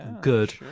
good